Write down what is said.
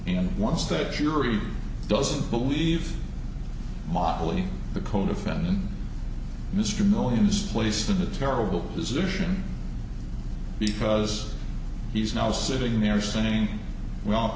and once that jury doesn't believe motley the codefendant mr millions placed in a terrible position because he's now sitting there saying well